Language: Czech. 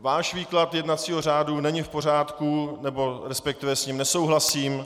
Váš výklad jednacího řádu není v pořádku, nebo respektive s ním nesouhlasím.